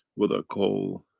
what i call,